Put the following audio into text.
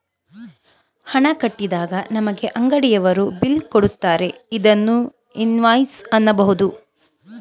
ಹಣ ಕಟ್ಟಿದಾಗ ನಮಗೆ ಅಂಗಡಿಯವರು ಬಿಲ್ ಕೊಡುತ್ತಾರೆ ಇದನ್ನು ಇನ್ವಾಯ್ಸ್ ಅನ್ನಬೋದು